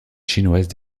chinoise